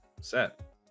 set